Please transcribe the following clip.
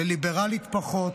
לליברלית פחות,